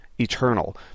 Eternal